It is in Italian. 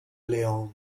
león